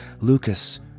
Lucas